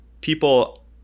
people